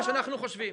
זה מה שאנחנו חושבים.